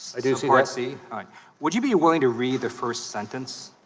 usc, would you be willing to read the first sentence